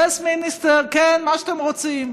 יס מיניסטר, כן, מה שאתם רוצים.